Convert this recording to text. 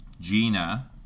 Gina